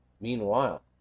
Meanwhile